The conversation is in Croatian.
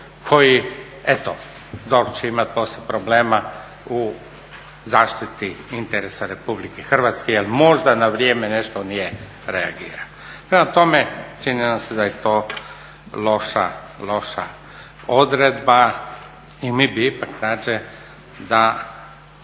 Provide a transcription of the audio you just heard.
koji eto DORH će imati poslije problema u zaštiti interesa Republike Hrvatske jer možda na vrijeme nešto nije reagirano. Prema tome, čini nam se da je to loša odredba i mi bi ipak radije da